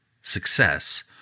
success